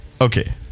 Okay